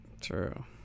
True